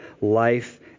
life